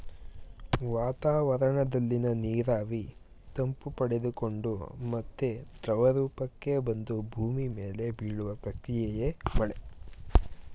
ವಾತಾವರಣದಲ್ಲಿನ ನೀರಾವಿ ತಂಪು ಪಡೆದುಕೊಂಡು ಮತ್ತೆ ದ್ರವರೂಪಕ್ಕೆ ಬಂದು ಭೂಮಿ ಮೇಲೆ ಬೀಳುವ ಪ್ರಕ್ರಿಯೆಯೇ ಮಳೆ